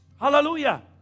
Hallelujah